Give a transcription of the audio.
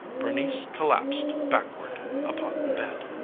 bernice collapsed backward upon the bed.